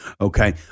Okay